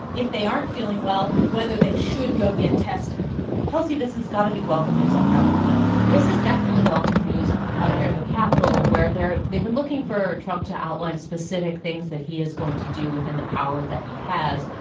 if they aren't feeling well, whether they should go get tested kelsey, this has got to be welcome news on capitol hill this is definitely welcome news up here in the capital, where they've been looking for trump to outline specific things that he is going to do the powers that he has.